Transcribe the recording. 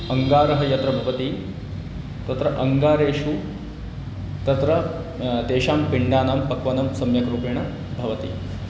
अङ्गारः यत्र भवति तत्र अङ्गारेषु तत्र तेषां पिण्डानां पचनं सम्यक् रूपेण भवति